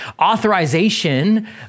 authorization